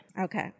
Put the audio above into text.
Okay